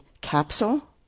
capsule